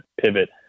pivot